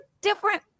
different